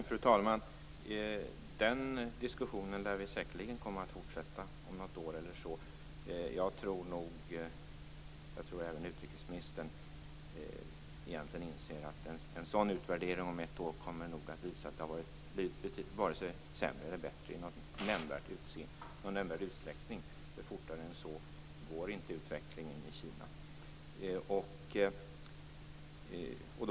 Fru talman! Den diskussionen lär vi säkerligen komma att fortsätta om något år eller så. Jag tror att även utrikesministern inser att en sådan utvärdering om ett år kommer att visa att det inte har blivit vare sig sämre eller bättre i någon nämnvärd utsträckning. Fortare än så går inte utvecklingen i Kina.